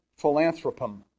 Philanthropum